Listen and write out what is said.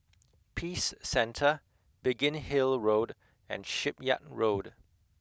Peace Centre Biggin Hill Road and Shipyard Road